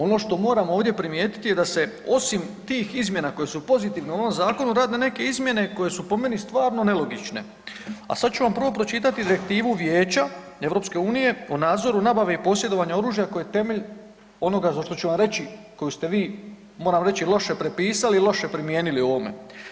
Ono što moramo ovdje primijetiti da se osim tih izmjena koje su pozitivne u ovom zakonu rade neke izmjene koje su po meni stvarno nelogične, a sad ću vam prvo pročitati direktivu Vijeća EU o nadzoru nabave i posjedovanja oružja koje je temelj onoga za što ću vam reći, koju ste vi, moram reći, loše prepisali i loše primijenili u ovome.